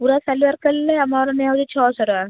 ପୂରା ସାଲୱାର କଲେ ଆମର ନିଆହେଉଛି ଛଅଶହ ଟଙ୍କା